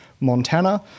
Montana